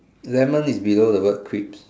lemon is below the word crips